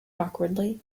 awkwardly